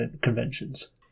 Conventions